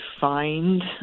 find